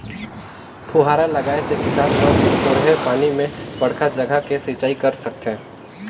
फुहारा लगाए से किसान मन थोरहें पानी में बड़खा जघा के सिंचई कर सकथें